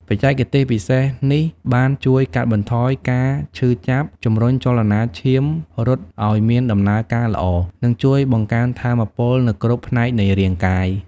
បច្ចេកទេសពិសេសនេះបានជួយកាត់បន្ថយការឈឺចាប់ ជំរុញចលនាឈាមរត់ឲ្យមានដំណើរការល្អ និងជួយបង្កើនថាមពលនៅគ្រប់ផ្នែកនៃរាងកាយ។